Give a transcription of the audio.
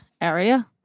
area